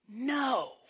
No